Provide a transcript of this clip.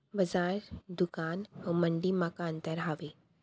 बजार, दुकान अऊ मंडी मा का अंतर हावे?